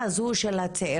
גם כן לבד.